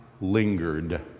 lingered